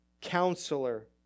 Counselor